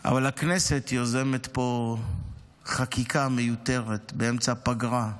אבל הכנסת יוזמת פה חקיקה מיותרת באמצע הפגרה,